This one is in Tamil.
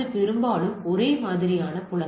பெரும்பாலும் ஒரே மாதிரியான புலங்கள்